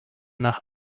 nach